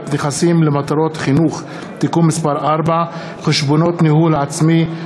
נכסים למטרות חינוך) (תיקון מס' 4) (חשבונות ניהול עצמי),